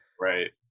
Right